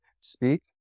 speak